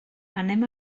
anem